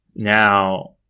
Now